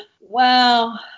Wow